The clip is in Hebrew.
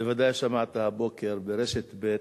בוודאי שמעת הבוקר ברשת ב',